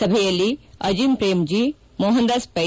ಸಭೆಯಲ್ಲಿ ಅಜೀಂ ಶ್ರೇಮ್ಜೀ ಮೋಹನ್ದಾಸ್ ಪೈ